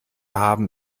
haben